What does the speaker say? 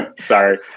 sorry